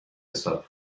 حساب